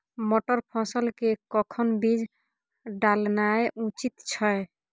मटर फसल के कखन बीज डालनाय उचित छै?